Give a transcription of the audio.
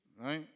right